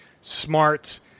Smart